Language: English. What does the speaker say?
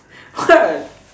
what